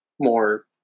more